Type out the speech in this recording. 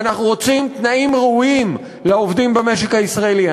אנחנו רוצים תנאים ראויים לעובדים במשק הישראלי,